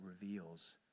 reveals